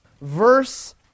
verse